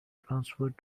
transferred